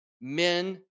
men